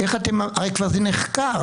הרי זה נחקר.